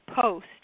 Post